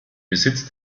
besitz